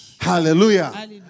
Hallelujah